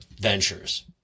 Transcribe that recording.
ventures